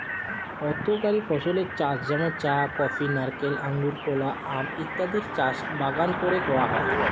অর্থকরী ফসলের চাষ যেমন চা, কফি, নারকেল, আঙুর, কলা, আম ইত্যাদির চাষ বাগান কোরে করা হয়